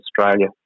Australia